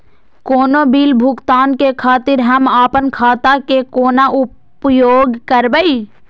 कोनो बील भुगतान के खातिर हम आपन खाता के कोना उपयोग करबै?